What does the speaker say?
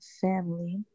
family